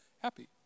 happy